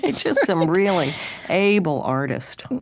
just some really able artists.